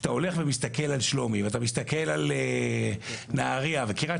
כשאתה הולך ומסתכל על שלומי ומסתכל על נהריה וקריית